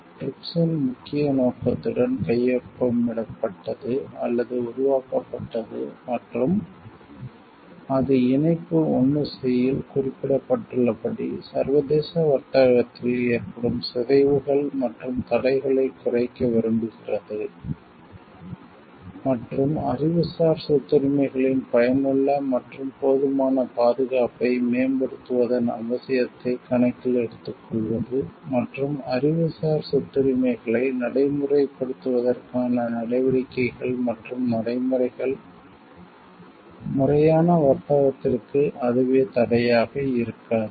TRIPS இன் முக்கிய நோக்கத்துடன் கையொப்பமிடப்பட்டது அல்லது உருவாக்கப்பட்டது மற்றும் அது இணைப்பு 1 C இல் குறிப்பிடப்பட்டுள்ளபடி சர்வதேச வர்த்தகத்தில் ஏற்படும் சிதைவுகள் மற்றும் தடைகளை குறைக்க விரும்புகிறது மற்றும் அறிவுசார் சொத்துரிமைகளின் பயனுள்ள மற்றும் போதுமான பாதுகாப்பை மேம்படுத்துவதன் அவசியத்தை கணக்கில் எடுத்துக்கொள்வது மற்றும் அறிவுசார் சொத்துரிமைகளை நடைமுறைப்படுத்துவதற்கான நடவடிக்கைகள் மற்றும் நடைமுறைகள் முறையான வர்த்தகத்திற்கு அதுவே தடையாக இருக்காது